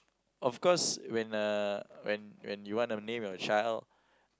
of course when uh when when you want to name your child